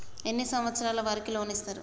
ఎన్ని సంవత్సరాల వారికి లోన్ ఇస్తరు?